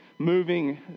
moving